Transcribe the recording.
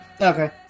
Okay